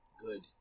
Good